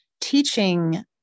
teaching